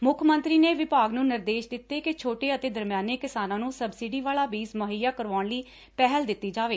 ਮੁੱਖ ਮੰਤਰੀ ਨੇ ਵਿਭਾਗ ਨੂੰ ਨਿਰਦੇਸ਼ ਦਿੱਤੇ ਕਿ ਛੋਟੇ ਅਤੇ ਦਰਮਿਆਨੇ ਕਿਸਾਨਾਂ ਨੂੰ ਸਬਸਿਡੀ ਵਾਲਾ ਬੀਜ ਮੁਹੱਈਆ ਕਰਵਾਉਣ ਲਈ ਪਹਿਲ ਦਿੱਤੀ ਜਾਵੇ